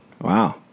wow